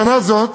בשנה זאת,